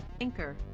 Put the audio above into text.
Anchor